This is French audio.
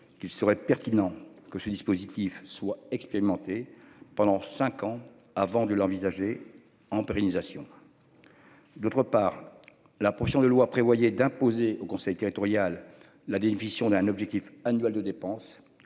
qu'il serait pertinent que ce dispositif soit expérimenté pendant 5 ans avant de l'envisager en pérennisation. D'autre part la prochaine de loi prévoyait d'imposer au conseil territorial, la définition d'un objectif annuel de dépenses